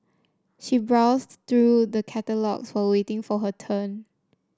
she browsed through the catalogues while waiting for her turn